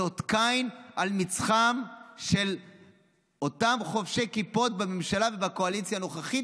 זה אות קין על מצחם של אותם חובשי כיפות בממשלה ובקואליציה הנוכחית,